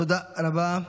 תודה רבה.